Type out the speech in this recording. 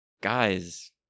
guys